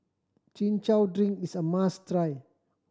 Chin Chow drink is a must try